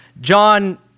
John